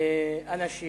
אנשים